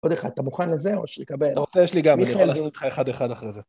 עוד אחד, אתה מוכן לזה או שאני אקבל? אתה רוצה, יש לי גם, אני יכול לעשות איתך אחד-אחד אחר זה.